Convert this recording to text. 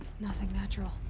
nothing natural.